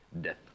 Death